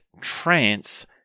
trance